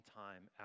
time